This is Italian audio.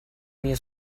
mio